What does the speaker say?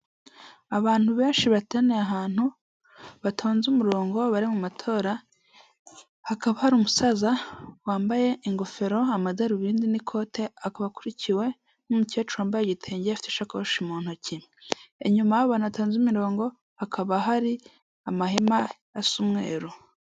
Abantu benshi bateraniye ahantu batonze umurongo bari mu matora, hakaba hari umusaza wambaye ingofero, amadarubindi n'ikoti, akaba akurikiwe n'umukecuru wambaye igitenge, afite ishakoshi mu ntoki, inyuma y'abantu batonze umurongo, hakaba hari amahema asa umweru.